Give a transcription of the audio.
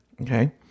Okay